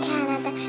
Canada